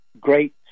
great